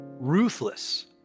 ruthless